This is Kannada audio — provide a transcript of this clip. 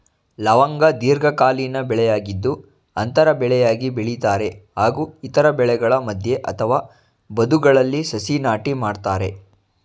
ಲವಂಗ ದೀರ್ಘಕಾಲೀನ ಬೆಳೆಯಾಗಿದ್ದು ಅಂತರ ಬೆಳೆಯಾಗಿ ಬೆಳಿತಾರೆ ಹಾಗೂ ಇತರ ಬೆಳೆಗಳ ಮಧ್ಯೆ ಅಥವಾ ಬದುಗಳಲ್ಲಿ ಸಸಿ ನಾಟಿ ಮಾಡ್ತರೆ